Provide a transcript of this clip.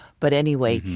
but anyway,